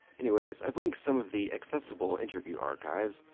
anyways i've linked some of the accessible interview archives,